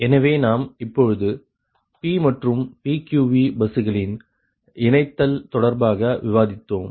எனவே நாம் இப்பொழுது P மற்றும் PQV பஸ்களின் இணைத்தல் தொடர்பாக விவாதித்தோம்